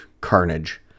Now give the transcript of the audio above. carnage